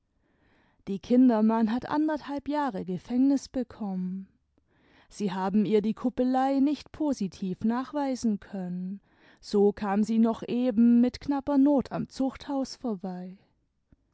die kindermann hat anderthalb jahre gefängnis bekommen sie habein ihr die kuppelei nicht positiv nachweisen können so kam sie noch eben mit knapper not am zuchthaus vorbei